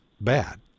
bad